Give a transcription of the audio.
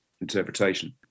interpretation